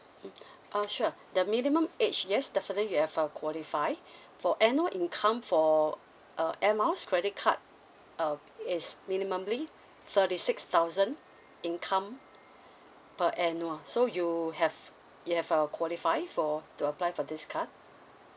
mm uh sure the minimum age yes definitely you have our qualify for annual income for uh air miles credit card uh it's minimally thirty six thousand income per annual so you have you have our qualify for to apply for this card